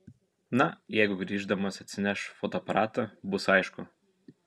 na jeigu grįždamas atsineš fotoaparatą bus aišku